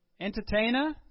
Entertainer